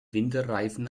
winterreifen